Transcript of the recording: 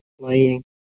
playing